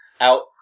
out